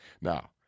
Now